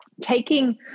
taking